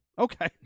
Okay